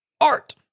art